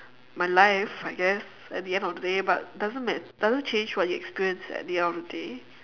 my life I guess at the end of the day but doesn't mat~ doesn't change what you experienced at the end of the day